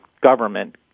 government